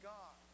God